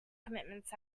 commitments